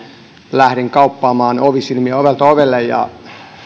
lähdin kauppaamaan ovisilmiä ovelta ovelle ja